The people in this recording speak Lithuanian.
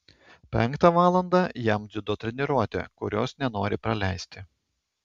penktą valandą jam dziudo treniruotė kurios nenori praleisti